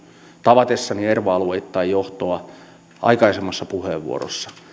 tavatessani erva alueitten johtoa ja aikaisemmassa puheenvuorossa